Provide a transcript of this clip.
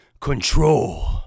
Control